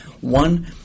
one